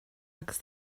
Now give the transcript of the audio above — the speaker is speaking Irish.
agus